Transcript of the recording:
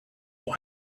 will